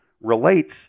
relates